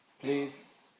Please